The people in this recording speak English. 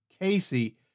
Casey